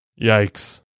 Yikes